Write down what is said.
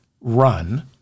run